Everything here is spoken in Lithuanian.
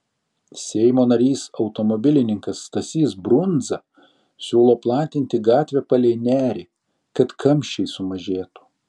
seimo narys automobilininkas stasys brundza siūlo platinti gatvę palei nerį kad kamščiai sumažėtų